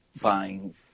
buying